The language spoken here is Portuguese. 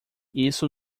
isso